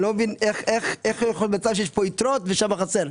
איך יש מצב שפה יש יתרות ושם חסר?